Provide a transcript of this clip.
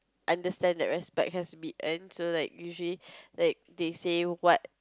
understand that respect has to be earned so like usually like they say what